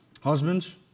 Husbands